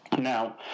Now